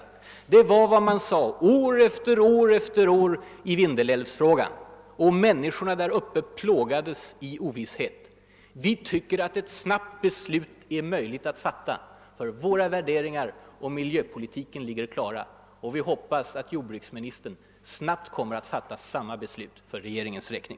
Ja, det var vad man sade år efter år i Vindelälvsfrågan, och människorna där uppe plågades i ovisshet. Vi tycker nu att ett snabbt beslut i Kaitumfrågan är möjligt att fatta. Ty våra värderingar i miljöpolitiken ligger klara, och vi hoppas att jordbruksministern snabbt kommer att fatta samma beslut för regeringens räkning.